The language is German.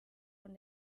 von